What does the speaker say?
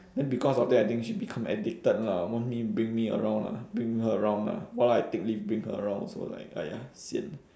then because of that I think she become addicted lah want me bring me around lah bring her around lah !walao! I take leave bring her around also like !aiya! sian